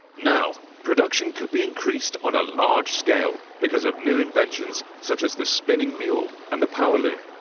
now, production could be increased on a large scale because of new inventions, such as the spinning mule and the power loom.